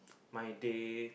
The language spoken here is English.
my day